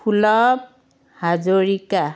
সুলভ হাজৰিকা